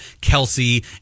kelsey